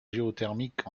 géothermique